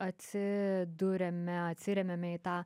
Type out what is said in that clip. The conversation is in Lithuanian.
atsiduriame atsiremiame į tą